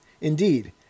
Indeed